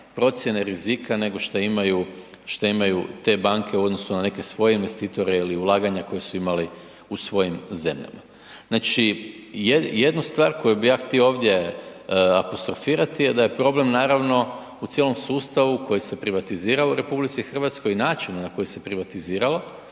procjene rizika nego šta imaju te banke u odnosu na neke svoje investitore ili ulaganja koja su imali u svojim zemljama. Znači, jednu stvar koju bi ja htio ovdje apostrofirati je da je problem naravno u cijelom sustavu koji se privatizira u RH i načinu na koji na koji se privatiziralo.